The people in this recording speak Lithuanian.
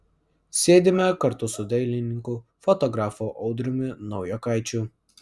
sėdime kartu su dailininku fotografu audriumi naujokaičiu